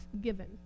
given